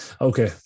Okay